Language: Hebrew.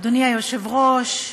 אדוני היושב-ראש,